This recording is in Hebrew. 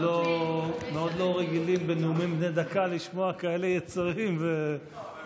מאוד לא רגילים לשמוע כאלה יצרים בנאומים בני דקה.